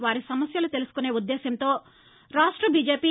వారి సమస్యలు తెలుసుకునే ఉద్దేశ్యంతో రాష్ట బిజెపి